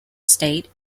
state